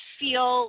feel